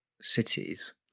cities